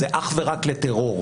זה אך ורק לטרור.